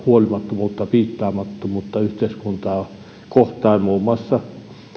huolimattomuutta piittaamattomuutta yhteiskuntaa kohtaan muun muassa